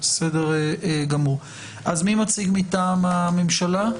אז מי מציג מטעם הממשלה?